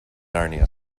narnia